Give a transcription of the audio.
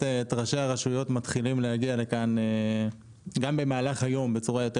ראשי הרשויות מתחילים להגיע לכאן גם במהלך היום בצורה יותר